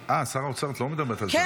אהה, שר האוצר, את לא מדברת על זה, על הקודם.